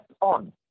on